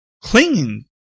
clinging